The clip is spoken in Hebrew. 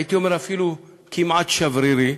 הייתי אומר אפילו כמעט שברירי,